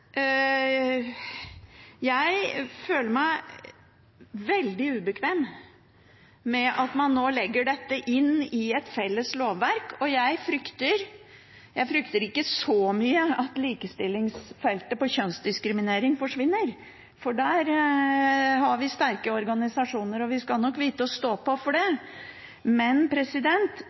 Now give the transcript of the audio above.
Jeg føler meg veldig ubekvem med at man nå legger dette inn i et felles lovverk. Jeg frykter ikke så mye at likestillingsarbeidet når det gjelder på kjønnsdiskriminering forsvinner, for der har vi sterke organisasjoner og skal nok vite å stå på for det, men